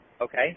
okay